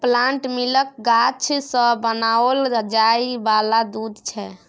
plant milk गाछ सँ बनाओल जाय वाला दूध छै